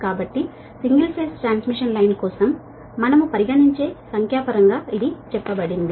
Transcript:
కాబట్టి single phase transmission line కోసం మనము తీసుకునే సంఖ్యాపరంగా ఇది చెప్పబడింది